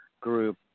group